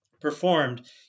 performed